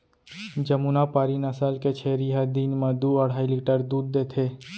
जमुनापारी नसल के छेरी ह दिन म दू अढ़ाई लीटर दूद देथे